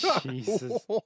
Jesus